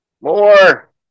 More